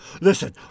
Listen